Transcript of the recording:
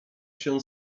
się